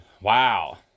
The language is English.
Wow